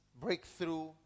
breakthrough